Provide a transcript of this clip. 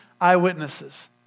eyewitnesses